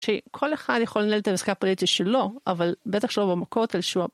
שכל אחד יכול לנהל את העסקה הפוליטית שלו, אבל בטח שלא במכות.